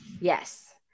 Yes